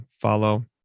follow